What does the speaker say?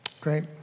Great